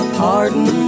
pardon